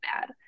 bad